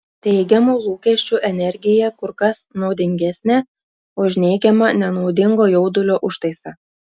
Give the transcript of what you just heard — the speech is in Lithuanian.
teigiamų lūkesčių energija kur kas naudingesnė už neigiamą nenaudingo jaudulio užtaisą